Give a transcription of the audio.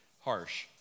harsh